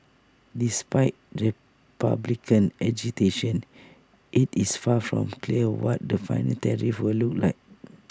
despite republican agitation IT is far from clear what the final tariffs will look like